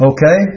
Okay